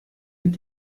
mit